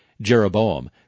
Jeroboam